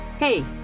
Hey